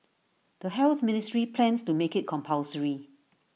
the health ministry plans to make IT compulsory